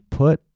put